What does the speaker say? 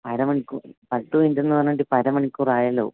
അര മണിക്കൂര് പത്തു മിനിറ്റെന്ന് പറഞ്ഞിട്ട് ഇപ്പോള് അര മണിക്കൂറായല്ലോ